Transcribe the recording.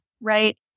Right